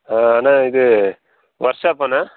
ஆ அண்ணா இது ஒர்க் ஷாப்பண்ணா